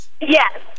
Yes